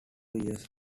years